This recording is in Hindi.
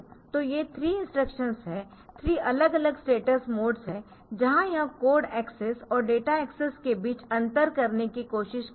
तो ये 3 इंस्ट्रक्शंस है 3 अलग अलग स्टेटस मोड्स है जहाँ यह कोड एक्सेस और डेटा एक्सेस के बीच अंतर करने की कोशिश करेगा